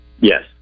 Yes